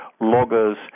loggers